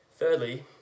Thirdly